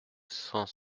cent